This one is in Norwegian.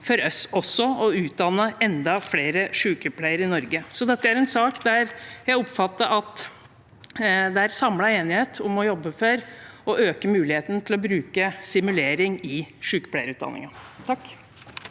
for oss å utdanne enda flere sykepleiere i Norge. Dette er en sak der jeg oppfatter at det er samlet enighet om å jobbe for å øke muligheten for å bruke simulering i sykepleierutdanningen.